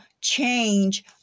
change